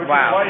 Wow